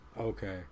okay